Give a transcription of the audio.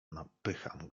napycham